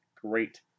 great